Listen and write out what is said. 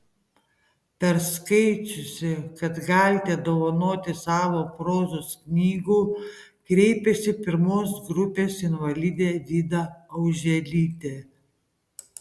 perskaičiusi kad galite dovanoti savo prozos knygų kreipėsi pirmos grupės invalidė vida auželytė